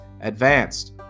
advanced